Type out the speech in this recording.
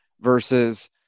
versus